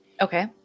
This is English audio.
Okay